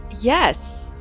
Yes